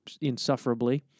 insufferably